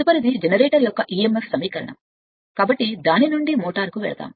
తదుపరిది జనరేటర్ యొక్క emf సమీకరణం కాబట్టి దాని నుండి మోటారుకు వెళుతుంది